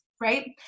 right